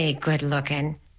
good-looking